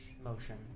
motion